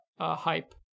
hype